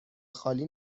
خالی